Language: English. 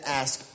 ask